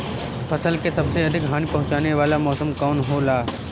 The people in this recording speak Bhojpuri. फसल के सबसे अधिक हानि पहुंचाने वाला मौसम कौन हो ला?